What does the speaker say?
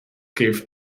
gave